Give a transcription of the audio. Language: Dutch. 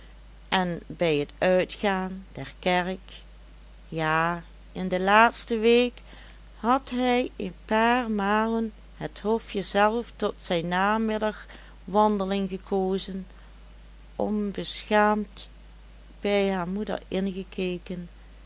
en bij het uitgaan der kerk ja in de laatste week had hij een paar malen het hofje zelf tot zijn namiddagwandeling gekozen onbeschaamd bij haar moeder ingekeken